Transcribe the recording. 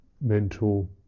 mental